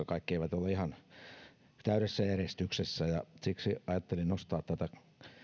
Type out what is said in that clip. kaikki ole ihan täydessä järjestyksessä siksi ajattelin nostaa tätä